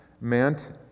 meant